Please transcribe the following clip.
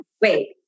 Wait